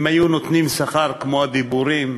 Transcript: אם היו נותנים שכר כמו הדיבורים,